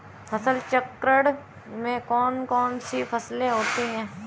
फसल चक्रण में कौन कौन सी फसलें होती हैं?